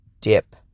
dip